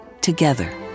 together